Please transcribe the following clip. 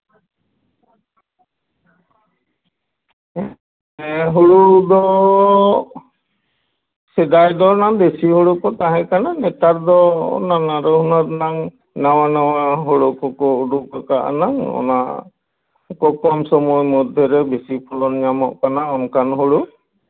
ᱦᱮᱸ ᱦᱩᱲᱩ ᱫᱚ ᱥᱮᱫᱟᱭ ᱫᱚᱱᱟᱝ ᱫᱮᱥᱤ ᱦᱩᱲᱩ ᱠᱚ ᱛᱟᱦᱮᱸᱠᱟᱱᱟ ᱱᱟᱝ ᱱᱮᱛᱟᱨ ᱫᱚ ᱱᱟᱱᱟᱦᱩᱱᱟᱹᱨ ᱨᱮᱱᱟᱝ ᱱᱟᱝ ᱱᱟᱣᱟ ᱱᱟᱣᱟ ᱦᱩᱲᱩ ᱠᱚᱠᱚ ᱩᱰᱩᱠ ᱟᱠᱟᱜ ᱱᱟᱝ ᱚᱱᱟ ᱠᱚ ᱠᱚᱢ ᱥᱚᱢᱚᱭ ᱢᱚᱫᱽᱫᱮ ᱨᱮ ᱵᱤᱥᱤ ᱯᱷᱚᱞᱚᱱ ᱧᱟᱢᱚᱜ ᱠᱟᱱᱟ ᱚᱱᱠᱟᱱ ᱦᱩᱲᱩ